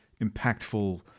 impactful